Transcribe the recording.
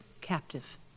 captive